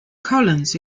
collins